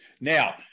Now